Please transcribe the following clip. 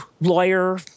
lawyer